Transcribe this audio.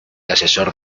asesor